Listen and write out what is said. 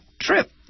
trip